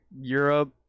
Europe